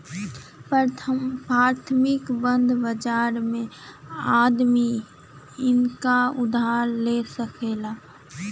प्राथमिक बंध बाजार मे आदमी नइका उधारी ले सके